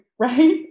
Right